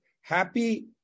happy